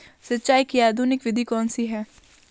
सिंचाई की आधुनिक विधि कौनसी हैं?